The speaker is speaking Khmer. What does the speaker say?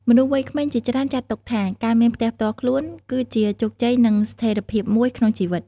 មនុស្សវ័យក្មេងជាច្រើនចាត់ទុកថា ការមានផ្ទះផ្ទាល់ខ្លួនគឹជាជោគជ័យនិងស្ថេរភាពមួយក្នុងជីវិត។